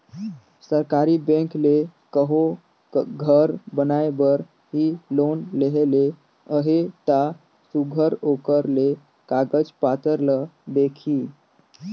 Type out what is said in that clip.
सरकारी बेंक ले कहों घर बनाए बर ही लोन लेहे ले अहे ता सुग्घर ओकर ले कागज पाथर ल देखही